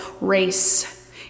race